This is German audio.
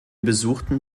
besuchten